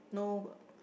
no